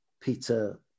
Peter